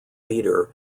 leader